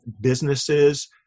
businesses